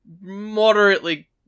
moderately